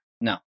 No